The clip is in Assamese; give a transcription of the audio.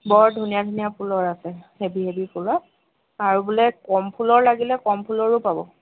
বৰ ধুনীয়া ধুনীয়া ফুলৰ আছে হেভী হেভী ফুলৰ আৰু বোলে কম ফুলৰ লাগিলে কম ফুলৰো পাব